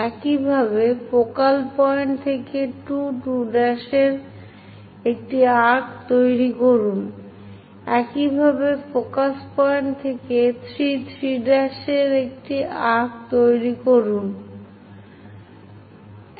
একইভাবে focal point থেকে 2 2 'এর একটি আর্ক্ তৈরি করুন একইভাবে ফোকাস পয়েন্ট থেকে 3 3' এর একটি আর্ক্ তৈরি করুন ইত্যাদি